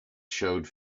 showed